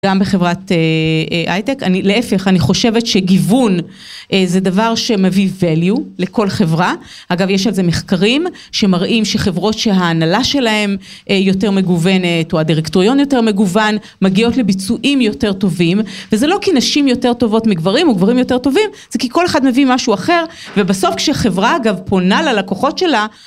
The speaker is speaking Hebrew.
גם בחברת הייטק, להפך אני חושבת שגיוון זה דבר שמביא value לכל חברה, אגב יש על זה מחקרים שמראים שחברות שההנהלה שלהם יותר מגוונת או הדרקטוריון יותר מגוון, מגיעות לביצועים יותר טובים, וזה לא כי נשים יותר טובות מגברים או גברים יותר טובים, זה כי כל אחד מביא משהו אחר, ובסוף כשחברה אגב פונה ללקוחות שלה